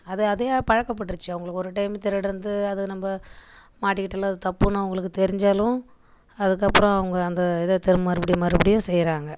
அது அதையே பழக்கப்பட்டுச்சி அவங்களுக்கு ஒரு டைம் திருடுறது அது நம்ம மாட்டிக்கிட்டாலும் அது தப்புனு அவங்களுக்கு தெரிஞ்சாலும் அதுக்கு அப்புறம் அவங்க அந்த இத திரும்ப மறுபடியும் மறுபடியும் செய்கிறாங்க